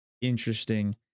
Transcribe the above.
interesting